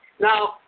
Now